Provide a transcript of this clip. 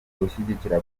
gushyigikira